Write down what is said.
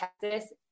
Texas